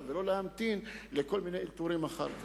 ולא להמתין לכל מיני אלתורים אחר כך.